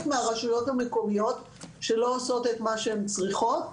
מהרשויות המקומיות שלא עושות את מה שהן צריכות.